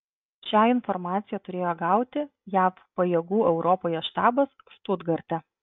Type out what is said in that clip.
šią informaciją turėjo gauti jav pajėgų europoje štabas štutgarte